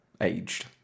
aged